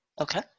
okay